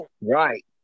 Right